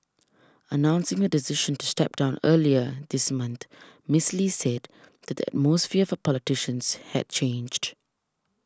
announcing her decision to step down earlier this month Miss Lee said today mosphere for politicians had changed